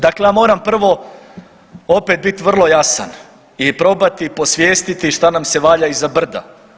Dakle ja moram prvo opet bit vrlo jasan i probati posvjestiti šta nam se valja iza brda.